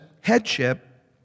Headship